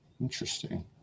interesting